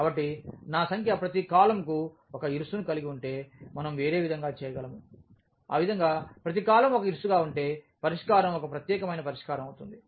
కాబట్టి ఈ సంఖ్య ప్రతి కాలమ్కు ఒక ఇరుసును కలిగి ఉంటే మనం వేరే విధంగా చేయగలము ఆ విధంగా ప్రతి కాలమ్ ఒక ఇరుసుగా ఉంటే పరిష్కారం ఒక ప్రత్యేకమైన పరిష్కారం అవుతుంది